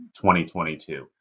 2022